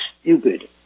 stupid